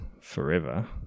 forever